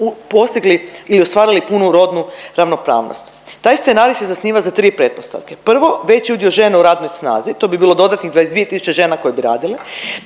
postigli ili ostvarili punu rodnu ravnopravnost. Taj scenarij se zasniva za tri pretpostavke. Prvo veći udio žena u radnoj snazi. To bi bilo dodatnih 22000 žena koje bi radile.